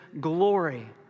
glory